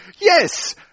Yes